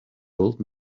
old